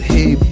Hey